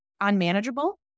unmanageable